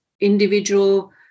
individual